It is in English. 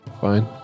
fine